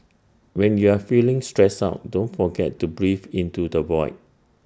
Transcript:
when you are feeling stressed out don't forget to breathe into the void